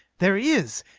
there is!